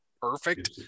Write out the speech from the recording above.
perfect